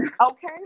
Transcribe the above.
Okay